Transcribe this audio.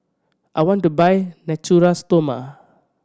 I want to buy Natura Stoma